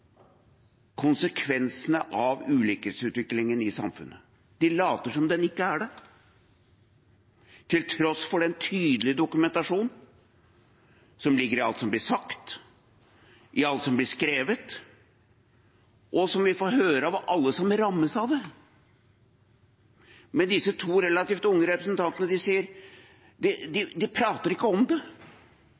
konsekvensene av ulikhetsutviklingen i samfunnet. De later som den ikke er der, til tross for den tydelige dokumentasjonen som ligger i alt som blir sagt, i alt som blir skrevet, og som vi får høre av alle som rammes av det. Men disse to relativt unge representantene prater ikke om det.